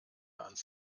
ans